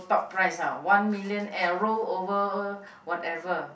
top prize ah one million arrow rollover whatever